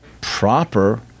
proper